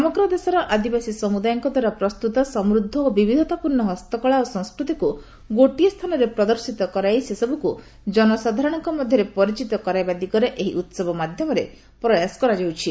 ସମଗ୍ର ଦେଶର ଆଦିବାସୀ ସମୁଦାୟଙ୍କ ଦ୍ୱାରା ପ୍ରସ୍ତୁତ ସମୃଦ୍ଧ ଓ ବିବିଧତାପୂର୍ଣ୍ଣ ହସ୍ତକଳା ଓ ସଂସ୍କୃତିକୁ ଗୋଟିଏ ସ୍ଥାନରେ ପ୍ରଦର୍ଶିତ କରାଇ ସେସବୁକୁ ଜନସାଧାରଣଙ୍କ ମଧ୍ୟରେ ପରିଚିତ କରାଇବା ଦିଗରେ ଏହି ଉସବ ମାଧ୍ୟମରେ ପ୍ରୟାସ କରାଯାଉଛି